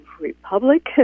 republic